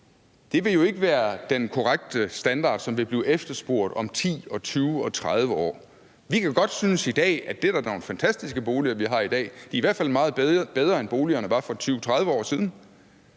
dag, vil jo ikke være af den korrekte standard, som vil blive efterspurgt om 10 og 20 og 30 år. Vi kan jo godt i dag synes, at det da er nogle fantastiske boliger, vi har i dag – de er i hvert fald meget bedre, end boligerne var for 20-30 år siden